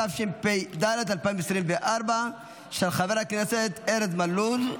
התשפ"ד 2024, של חבר הכנסת ארז מלול.